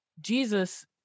Jesus